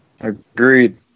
Agreed